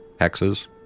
hexes